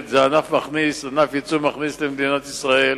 זה ענף מכניס, ענף יצוא מכניס למדינת ישראל.